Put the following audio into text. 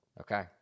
Okay